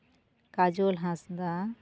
ᱠᱟᱡᱚᱞ ᱦᱟᱸᱥᱫᱟ